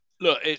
Look